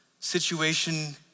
Situation